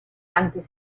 santo